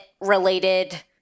related